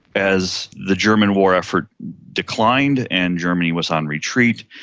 as the german war effort declined and germany was on retreat,